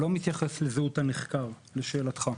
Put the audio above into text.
הוא לא מתייחס לזהות הנחקר, לשאלתך.